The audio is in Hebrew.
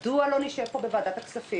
מדוע לא נשב פה בוועדת הכספים,